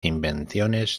invenciones